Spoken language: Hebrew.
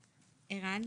ערן,